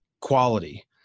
quality